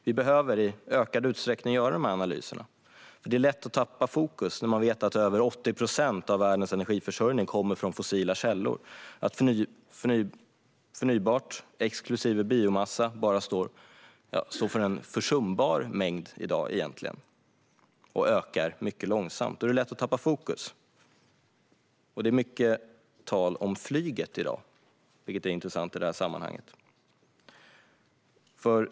Vi behöver i ökad utsträckning göra dessa analyser, för det är lätt att tappa fokus när man vet att över 80 procent av världens energiförsörjning kommer från fossila källor och att förnybart exklusive biomassa i dag egentligen bara står för en försumbar mängd och ökar mycket långsamt. Det är mycket tal om flyget i dag, vilket är intressant i sammanhanget.